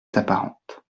apparentes